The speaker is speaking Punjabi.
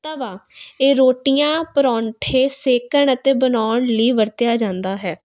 ਤਵਾ ਇਹ ਰੋਟੀਆਂ ਪਰੌਂਠੇ ਸੇਕਣ ਅਤੇ ਬਣਾਉਣ ਲਈ ਵਰਤਿਆ ਜਾਂਦਾ ਹੈ